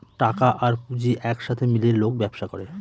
টাকা আর পুঁজি এক সাথে মিলিয়ে লোক ব্যবসা করে